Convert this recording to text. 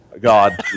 God